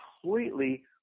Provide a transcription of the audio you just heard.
completely